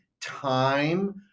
time